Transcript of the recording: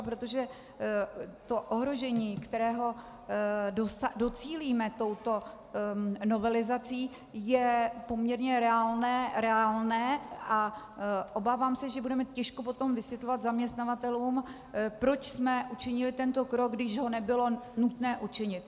Protože to ohrožení, kterého docílíme touto novelizací, je poměrně reálné a obávám se, že budeme těžko potom vysvětlovat zaměstnavatelům, proč jsme učinili tento krok, když ho nebylo nutné učinit.